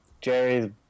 jerry's